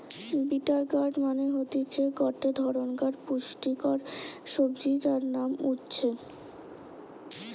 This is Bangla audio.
বিটার গার্ড মানে হতিছে গটে ধরণকার পুষ্টিকর সবজি যার নাম উচ্ছে